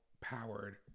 powered